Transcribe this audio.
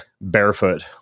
barefoot